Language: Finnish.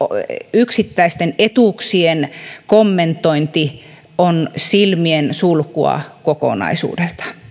yksittäisten etuuksien kommentointi on silmien sulkua kokonaisuudelta